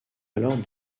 alors